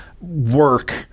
work